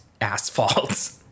asphalt